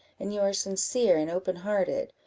and you are sincere and open-hearted,